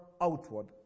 outward